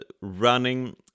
running